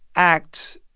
act